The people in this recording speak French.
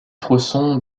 tronçon